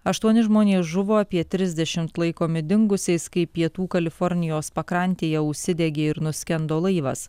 aštuoni žmonės žuvo apie trisdešimt laikomi dingusiais kai pietų kalifornijos pakrantėje užsidegė ir nuskendo laivas